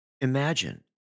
Imagine